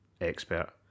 expert